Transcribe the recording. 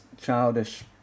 childish